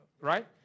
Right